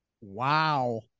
Wow